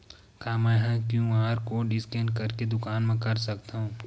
का मैं ह क्यू.आर कोड स्कैन करके दुकान मा कर सकथव?